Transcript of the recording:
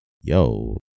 yo